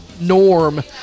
norm